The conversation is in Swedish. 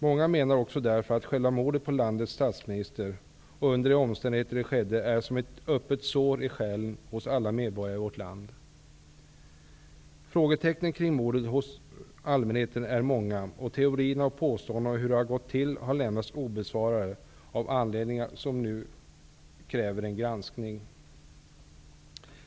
Många menar också därför att själva mordet på landets statsminister, och de omständigheter det skedde under, är som ett öppet sår i själen hos alla medborgare i vårt land. Frågetecknen kring mordet är många hos allmänheten. Teorierna och påståendena om hur det har gått till har lämnats obesvarade av anledningar som nu kräver en granskning.